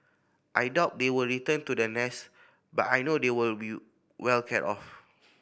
I doubt they will return to the nest but I know they will well cared of